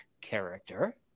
character